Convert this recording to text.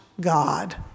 God